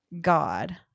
God